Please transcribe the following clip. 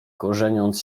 korzeniąc